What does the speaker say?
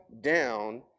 down